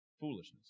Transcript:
foolishness